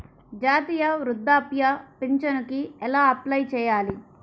జాతీయ వృద్ధాప్య పింఛనుకి ఎలా అప్లై చేయాలి?